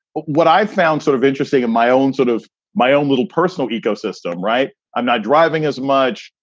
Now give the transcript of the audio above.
what i found sort of interesting in my own sort of my own little personal eco system. right. i'm not driving as much.